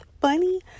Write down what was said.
funny